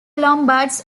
lombards